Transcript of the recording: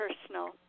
personal